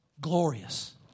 glorious